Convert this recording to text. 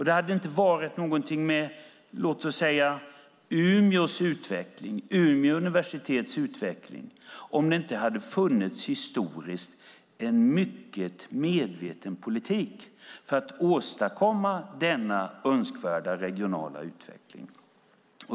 Det hade inte varit någonting med låt oss säga Umeå universitets utveckling om det inte historiskt hade funnits en mycket medveten politik för att åstadkomma denna önskvärda regionala utveckling.